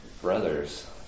brothers